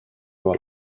kõva